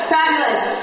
Fabulous